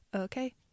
Okay